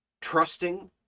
Trusting